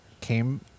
came